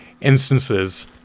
instances